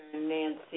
Nancy